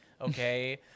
Okay